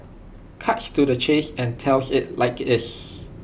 cuts to the chase and tells IT like IT is